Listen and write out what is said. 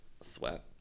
Sweat